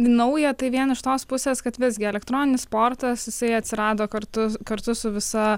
nauja tai vien iš tos pusės kad visgi elektroninis sportas jisai atsirado kartu kartu su visa